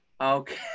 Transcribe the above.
Okay